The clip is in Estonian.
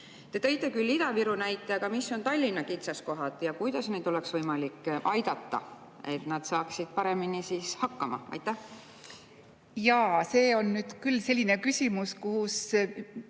Te tõite küll Ida-Viru näite, aga mis on Tallinna kitsaskohad ja kuidas oleks võimalik aidata, et Tallinn saaks paremini hakkama? Jaa, see on nüüd küll selline küsimus, kuhu